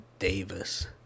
Davis